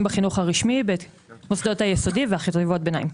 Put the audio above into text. בחינוך הרשמי במוסדות היסודי וחטיבות הביניים.